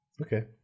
Okay